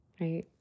right